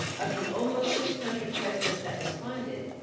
of the almost six hundred presidents that responded,